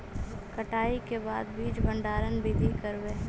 कटाई के बाद बीज भंडारन बीधी करबय?